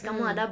mm